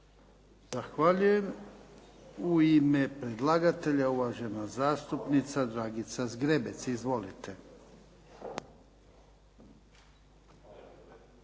Zahvaljujem. U ime predlagatelja uvažena zastupnica Dragica Zgrebec. Izvolite.